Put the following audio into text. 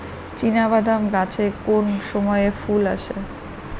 চিনাবাদাম গাছে কোন সময়ে ফুল আসে?